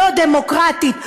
לא דמוקרטית,